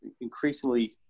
increasingly